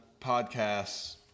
podcasts